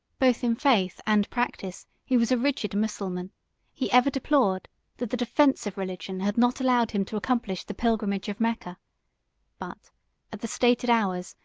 both in faith and practice he was a rigid mussulman he ever deplored that the defence of religion had not allowed him to accomplish the pilgrimage of mecca but at the stated hours,